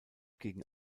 gegen